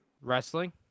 wrestling